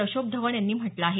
अशोक ढवण यांनी म्हटलं आहे